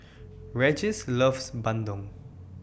Regis loves Bandung